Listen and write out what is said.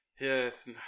Yes